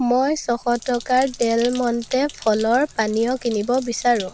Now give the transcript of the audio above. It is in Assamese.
মই ছশ টকাৰ ডেল মণ্টে ফলৰ পানীয় কিনিব বিচাৰোঁ